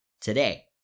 Today